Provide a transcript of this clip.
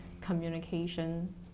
communication